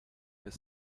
the